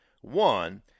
One